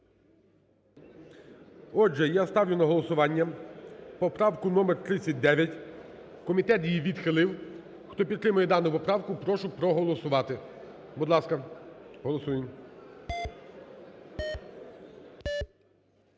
Отже, я ставлю на голосування поправку номер 39, комітет її відхилив. Хто підтримує дану поправку, прошу проголосувати. Будь ласка, голосуємо.